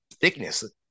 thickness